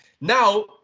Now